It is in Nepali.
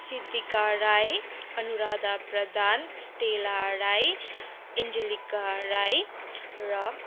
सिद्धिका राई अनुराधा प्रधान स्टेला राई एन्जेलिका राई र